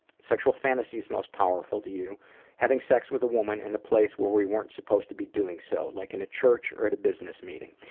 sexual fantasies most powerful to you having sex with a woman in and a place where we weren't supposed to be doing so, like in a church or at a business meeting.